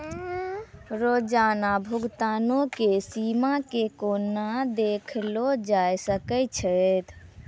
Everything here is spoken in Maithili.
रोजाना भुगतानो के सीमा के केना देखलो जाय सकै छै?